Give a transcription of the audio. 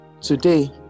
Today